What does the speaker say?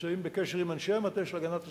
נמצאים בקשר עם אנשי המטה של הגנת הסביבה.